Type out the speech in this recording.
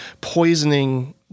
poisoning